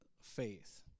faith